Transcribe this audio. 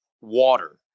water